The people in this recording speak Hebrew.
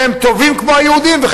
והם טובים כמו היהודים,